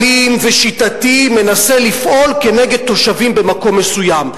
אלים ושיטתי מנסה לפעול כנגד תושבים במקום מסוים,